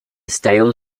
stale